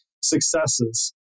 successes